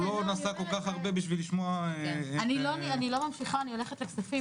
לא נסע כל כך הרבה בשביל לשמוע --- בוקר טוב,